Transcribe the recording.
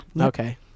Okay